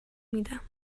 میدم